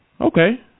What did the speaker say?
okay